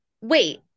wait